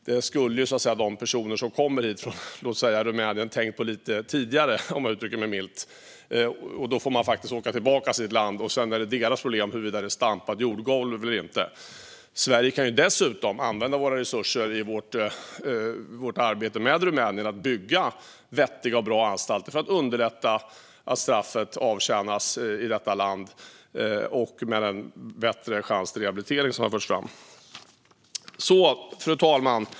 De personer som kommer hit från, låt oss säga, Rumänien skulle ha tänkt på det lite tidigare - om jag uttrycker mig milt. Man får faktiskt åka tillbaka till sitt land, och sedan är det deras problem huruvida det är stampat jordgolv eller inte. Vi kan i Sverige dessutom använda våra resurser i vårt arbete med Rumänien till att bygga vettiga och bra anstalter för att underlätta att straffen ska kunna avtjänas i detta land och med en bättre chans till rehabilitering, som har förts fram. Fru talman!